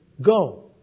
go